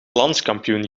landskampioen